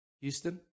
Houston